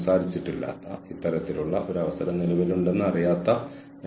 മത്സരാധിഷ്ഠിത തന്ത്രങ്ങൾ മത്സര നേട്ടങ്ങൾ നേടിയെടുക്കാൻ ഉപയോഗിക്കാം